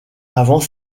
avant